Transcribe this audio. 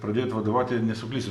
pradėjot vadovauti nesuklysiu